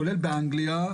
כולל באנגליה,